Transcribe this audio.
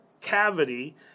cavity